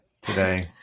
today